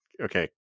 okay